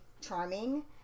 charming